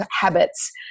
habits